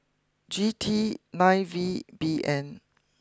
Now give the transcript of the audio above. G T nine V B N